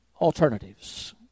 alternatives